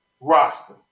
roster